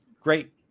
great